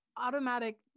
automatic